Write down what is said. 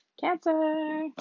Cancer